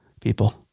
people